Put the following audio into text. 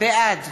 בעד